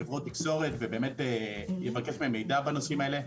--- ובאמת יבקש מהם מידע בנושאים האלה,